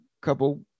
couple